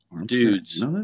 dudes